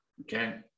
Okay